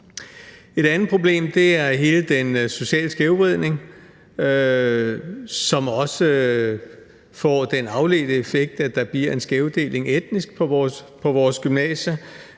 Et andet problem er hele den sociale skævvridning, som også får den afledte effekt, at der etnisk bliver en skævvridning på vores gymnasier.